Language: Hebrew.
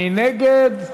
מי נגד?